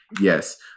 Yes